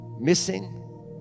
missing